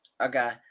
Okay